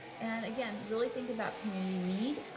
and, again, really think about community need.